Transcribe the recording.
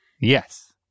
Yes